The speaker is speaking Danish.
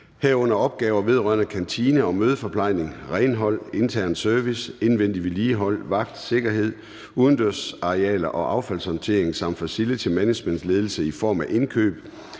herunder opgaver vedrørende kantine og mødeforplejning, renhold, intern service, indvendigt vedligehold, vagt, sikkerhed, udendørsarealer og affaldshåndtering samt facilitymanagementledelse i form af indkøb,